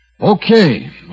Okay